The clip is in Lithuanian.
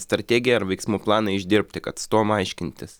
strategiją ar veiksmų planą išdirbti kad su tuom aiškintis